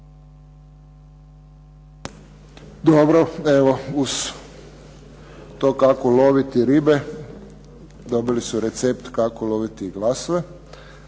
Dobro. Evo uz kako uloviti ribe dobili su recept kako uloviti i glasove.